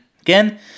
again